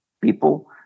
people